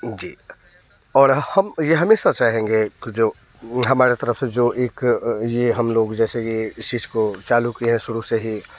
जी और हम यह हमेशा चाहेंगे जो हमारे तरफ़ से जो एक ये हम लोग जैसे कि इस चीज़ को चालू किए शुरू से ही